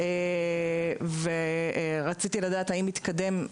האם התקדם,